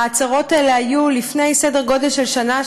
ההצהרות האלה היו לפני סדר גודל של שנה,